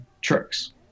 tricks